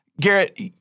Garrett